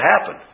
happen